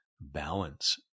balance